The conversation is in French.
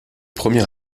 premier